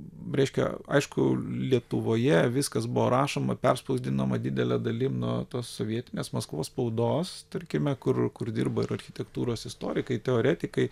reiškia aišku lietuvoje viskas buvo rašoma perspausdinama didele dalim na tos sovietinės maskvos spaudos tarkime kur kur dirba ir architektūros istorikai teoretikai